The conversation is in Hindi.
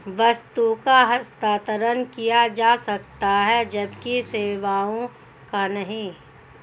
वस्तु का हस्तांतरण किया जा सकता है जबकि सेवाओं का नहीं